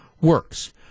works